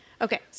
Okay